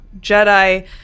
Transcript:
Jedi